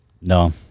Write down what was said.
No